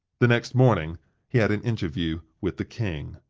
the next morning he had an interview with the king.